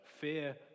Fear